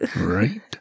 Right